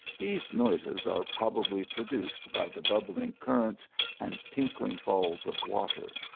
these noises are probably produced by the bubbling currents and tinkling falls of water,